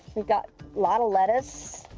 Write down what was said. we've got a lot of lettuce.